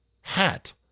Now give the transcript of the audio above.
hat